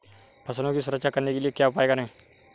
फसलों की सुरक्षा करने के लिए क्या उपाय करें?